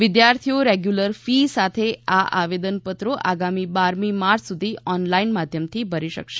વિદ્યાર્થીઓ regular fee સાથે આ આવેદનપત્રો આગામી બારમી માર્ચ સુધી ઓનલાઈન માધ્યમથી ભરી શકશે